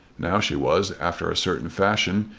now she was, after a certain fashion,